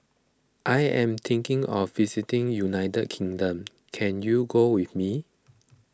I am thinking of visiting United Kingdom can you go with me